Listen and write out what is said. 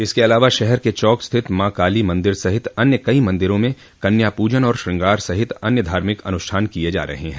इसके अलावा शहर के चौक स्थित मां काली मंदिर सहित अन्य कई मंदिरों में कन्यापूजन और श्रंगार सहित अन्य धार्मिक अनुष्ठान किये जा रहे हैं